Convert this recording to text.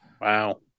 Wow